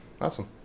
Awesome